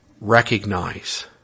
recognize